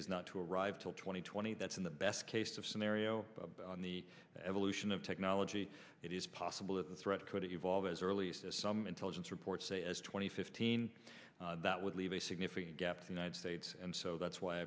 is not to arrive till two thousand and twenty that's in the best case scenario on the evolution of technology it is possible that the threat could evolve as early as this some intelligence reports say as twenty fifteen that would leave a significant gap united states and so that's why i